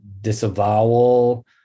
disavowal